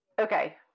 Okay